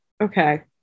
Okay